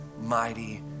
mighty